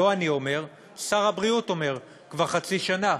לא אני אומר, שר הבריאות אומר כבר חצי שנה.